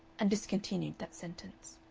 and discontinued that sentence.